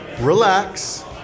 relax